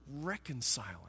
reconciling